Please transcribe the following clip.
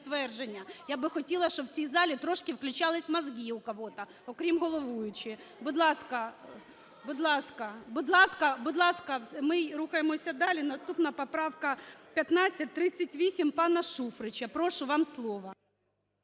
Я би хотіла, щоб у цій залі трошки включалися мозги у кого-то, окрім головуючої. Будь ласка, будь ласка, ми рухаємося далі. Наступна поправка – 1538, пана Шуфрича. Прошу, вам слово.